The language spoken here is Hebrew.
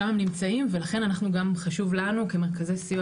שם הם נמצאים ולכן גם חשוב לנו כמרכזי סיוע,